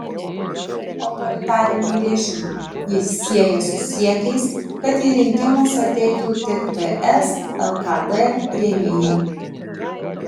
autoritarinį režimą jis sieja su siekiais kad į rinkimus ateitų tik ts lkd rėmėjai